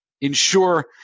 ensure